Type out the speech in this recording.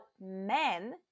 men